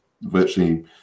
virtually